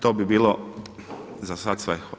To bi bilo za sada sve.